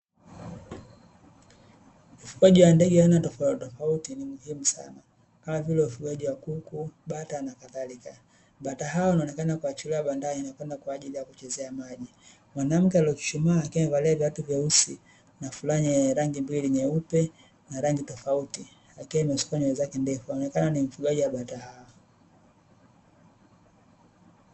Ufugaji wa ndege wa aina tofautitofauti ni muhimu sana, kama vile ufugaji wa kuku, bata na kadhalika, bata hao wanaonekana kuachiliwa bandani na kwenda kwa ajili ya kuchezea maji, mwanamke aliyechuchumaa akiwa amevalia viatu vyeusi na fulana ya rangi mbili nyeupe na rangi tofauti, akiwa amesuka nywele zake ndefu, anaonekana ni mfugaji wa bata hawa.